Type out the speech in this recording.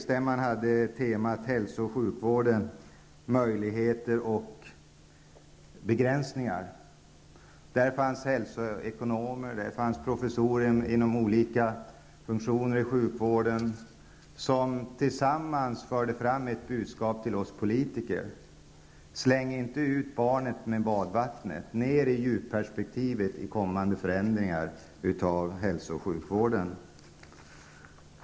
Stämman hade temat Hälso och sjukvården -- möjligheter och begränsningar. Där fanns hälsoekonomer och professorer inom olika funktioner i sjukvården, som tillsammans förde fram ett budskap till oss politiker: Släng inte ut barnet med badvattnet! Ner i djupperspektivet i kommande förändringar av hälso och sjukvården!